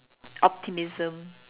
optimism